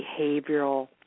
behavioral